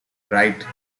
bright